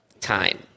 time